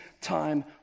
time